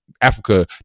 Africa